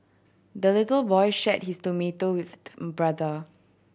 the little boy shared his tomato with brother